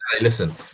Listen